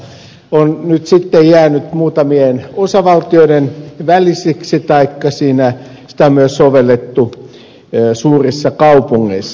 yhdysvaltain päästökauppa on nyt sitten jäänyt muutamien osavaltioiden väliseksi taikka sitä on myös sovellettu suurissa kaupungeissa